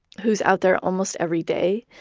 who's out there almost every day.